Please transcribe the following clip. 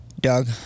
Doug